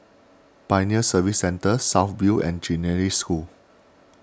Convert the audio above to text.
Pioneer Service Centre South View and Genesis School